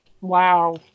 Wow